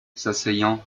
s’asseyant